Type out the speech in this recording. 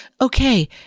okay